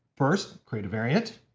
first, create a variant.